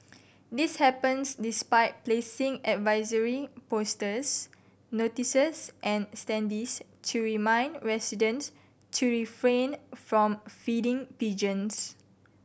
this happens despite placing advisory posters notices and standees to remind residents to refrain from feeding pigeons